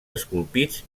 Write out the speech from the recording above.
esculpits